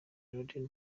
laden